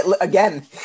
again